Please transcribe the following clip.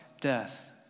death